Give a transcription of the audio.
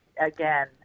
again